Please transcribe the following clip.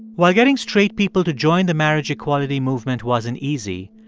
while getting straight people to join the marriage equality movement wasn't easy,